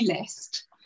list